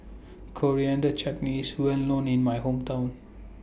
Coriander Chutney IS Well known in My Hometown